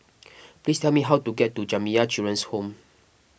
please tell me how to get to Jamiyah Children's Home